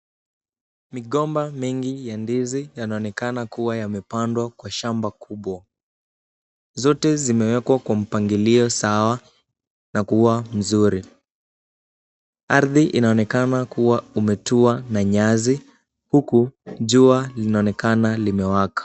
Migomba mengi ya ndizi yanaonekana kuwa yamepandwa kwa shamba kubwa. Zote zimewekwa kwa mpangilio sawa na kuwa mzuri. Ardhi inaonekana kuwa umetua na nyasi huku jua linaonekana limewaka.